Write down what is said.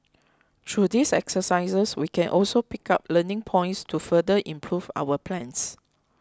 through these exercises we can also pick up learning points to further improve our plans